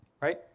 right